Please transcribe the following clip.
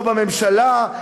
לא בממשלה,